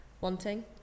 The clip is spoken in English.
wanting